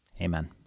Amen